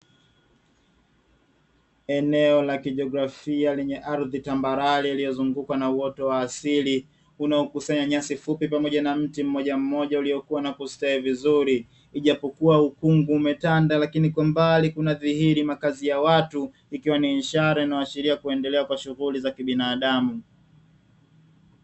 Eneo la kijiografia lenye ardhi tambarare iliozungukwa na uoto wa asili unaokusanya nyasi fupi pamoja na mti mmoja mmoja uliokua na kustawi vizuri, ijapokuwa ukungu umetanda lakini kwa mbali kunadhihiri makazi ya watu ikiwa ni ishara inayoashiria kuendelea kwa shughuli za kibinadamu.